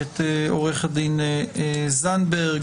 עורך הדין אייל זנדברג,